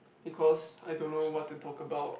because I don't know what to talk about